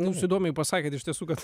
nu jūs įdomiai pasakėt iš tiesų kad